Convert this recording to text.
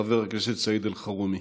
חבר הכנסת סעיד אלחרומי.